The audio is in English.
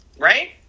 Right